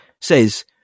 says